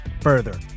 further